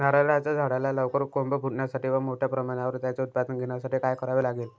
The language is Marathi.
नारळाच्या झाडाला लवकर कोंब फुटण्यासाठी व मोठ्या प्रमाणावर त्याचे उत्पादन घेण्यासाठी काय करावे लागेल?